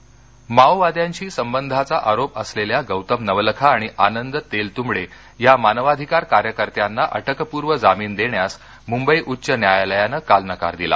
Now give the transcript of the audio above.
अर्ज नामंजर माओवाद्यांशी संबंधाचा आरोप असलेल्या गौतम नवलखा आणि आनंद तेलतूंबडे या मानवाधिकार कार्यकर्त्यांना अटकपूर्व जामीन देण्यास मुंबई उच्च न्यायालयानं काल नकार दिला